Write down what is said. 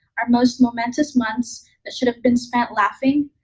our most momentous months that should've been spent laughing,